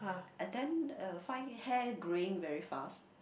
and then uh find hair greying very fast